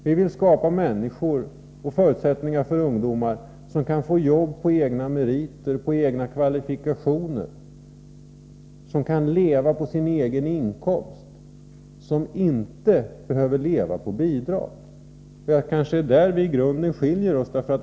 Vi vill skapa förutsättningar för ungdomarna att få jobb på egna meriter och egna kvalifikationer, att kunna leva på sin egen inkomst och inte behöva leva på bidrag. Det är kanske där vii grunden skiljer oss.